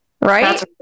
right